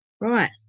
Right